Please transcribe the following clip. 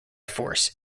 force